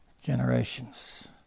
generations